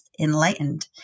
Enlightened